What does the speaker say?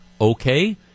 Okay